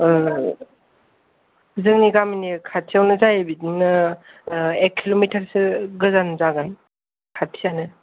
जोंनि गामिनि खाथिआवनो जायो बिदिनो एख किल'मिटारसो गोजान जागोन खाथियानो